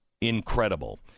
incredible